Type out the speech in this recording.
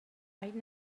right